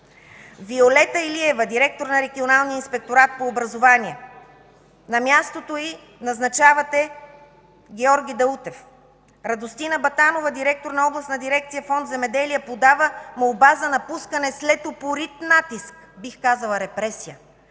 Виолета Илиева, директор на Регионалния инспекторат по образование, на мястото й назначавате Георги Даутев. Радостина Батанова, директор на Областна дирекция, Фонд „Земеделие”. Подава молба за напускане след упорит натиск, бих казала репресия